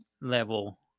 level